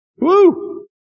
Woo